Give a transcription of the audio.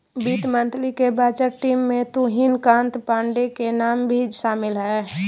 वित्त मंत्री के बजट टीम में तुहिन कांत पांडे के नाम भी शामिल हइ